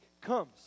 comes